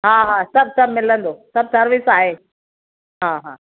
हा हा सभु सभु मिलंदो सभु सर्विस आहे हा हा